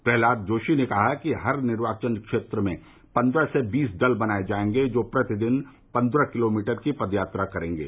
प्रह्लाद जोशी ने कहा कि हर निर्वाचन क्षेत्र में पन्द्रह से बीस दल बनाये जायेंगे जो प्रतिदिन पन्द्रह किलोमीटर की पदयात्रा करेंगे